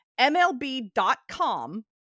MLB.com